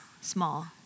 small